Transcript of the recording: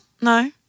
No